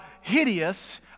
hideous